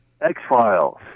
X-Files